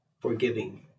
forgiving